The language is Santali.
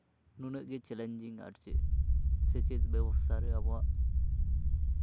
ᱱᱩᱱᱟᱹᱜ ᱜᱮ ᱪᱮᱞᱮᱧᱡᱤᱝ ᱟᱨᱪᱮᱫ ᱥᱮᱪᱮᱫ ᱵᱮᱵᱚᱥᱛᱷᱟ ᱨᱮ ᱟᱵᱚᱣᱟᱜ